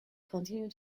continue